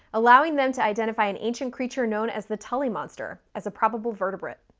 allowing them to identify an ancient creature known as the tully monster as a probable vertebrate.